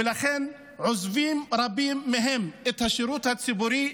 ולכן רבים מהם עוזבים את השירות הציבורי,